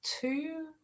two